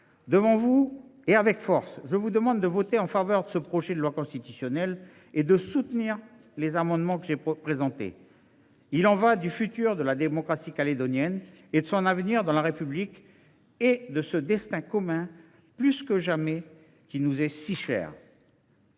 collègues, avec force, je vous demande de voter en faveur de ce projet de loi constitutionnelle et de soutenir les amendements que je présenterai. Il y va de l’avenir de la démocratie calédonienne, de son avenir dans la République et de ce destin commun qui, plus que jamais, nous est si cher.